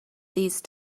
these